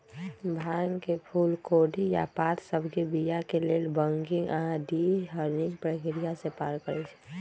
भांग के फूल कोढ़ी आऽ पात सभके बीया के लेल बंकिंग आऽ डी हलिंग प्रक्रिया से पार करइ छै